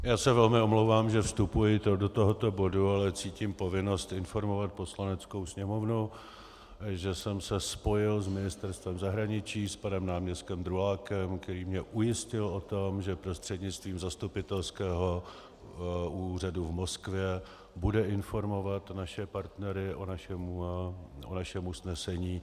Já se velmi omlouvám, že vstupuji do tohoto bodu, ale cítím povinnost informovat Poslaneckou sněmovnu, že jsem se spojil s Ministerstvem zahraničí, s panem náměstkem Drulákem, který mě ujistil o tom, že prostřednictvím Zastupitelského úřadu v Moskvě bude informovat naše partnery o našem usnesení.